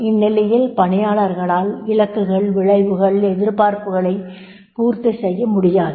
இந்நிலையில் பணியாளர்களால் இலக்குகள் விளைவுகள் எதிர்பார்ப்புகளை பூர்த்தி செய்ய முடியாது